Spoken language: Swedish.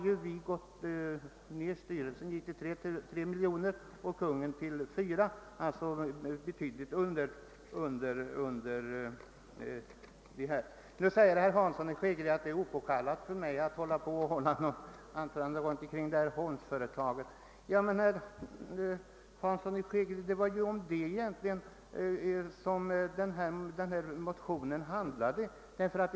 Nu har styrelsen gått ned till tre miljoner och Kungl. Maj:t till fyra, alltså betydligt under det belopp som vi nu diskuterar. Herr Hansson i Skegrie säger att det inte är påkallat för mig att hålla något anförande kring Holms livsmedel. Men, herr Hansson i Skegrie, det är ju det som denna motion egentligen handlar om.